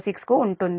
06 కు ఉంటుంది